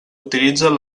utilitzen